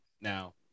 Now